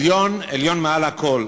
עליון מעל הכול.